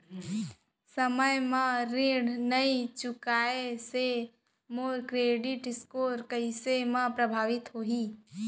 समय म ऋण नई चुकोय से मोर क्रेडिट स्कोर कइसे म प्रभावित होही?